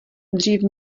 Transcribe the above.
dřív